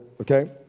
Okay